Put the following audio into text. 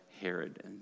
Herod